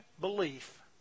belief